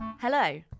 Hello